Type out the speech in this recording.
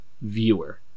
viewer